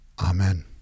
Amen